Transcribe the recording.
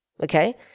okay